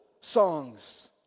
songs